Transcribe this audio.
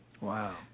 Wow